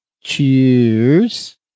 Cheers